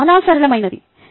ఇది చాలా సరళమైనది